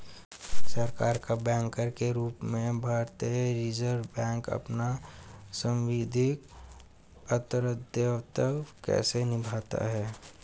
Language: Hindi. सरकार का बैंकर के रूप में भारतीय रिज़र्व बैंक अपना सांविधिक उत्तरदायित्व कैसे निभाता है?